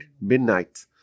midnight